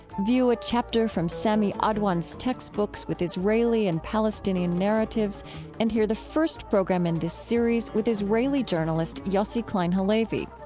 view a chapter from sami adwan's textbooks with israeli and palestinian narratives and hear the first program in this series with israeli journalist yossi klein halevi.